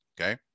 Okay